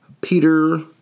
Peter